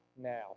now